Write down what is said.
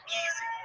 easy